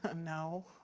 ah no.